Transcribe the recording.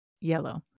Yellow